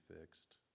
fixed